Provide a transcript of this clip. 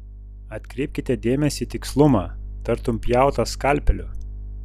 atkreipkite dėmesį į tikslumą tartum pjauta skalpeliu